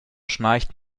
schnarcht